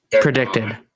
Predicted